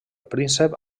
príncep